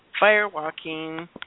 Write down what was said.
firewalking